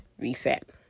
reset